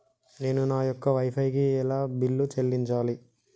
నేను నా యొక్క వై ఫై కి ఎలా బిల్లు చెల్లించాలి?